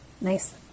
Nice